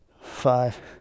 five